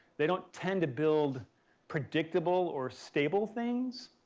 they don't tend to build predictable or stable things,